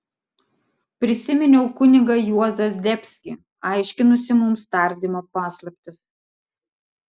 prisiminiau kunigą juozą zdebskį aiškinusį mums tardymo paslaptis